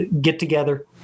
get-together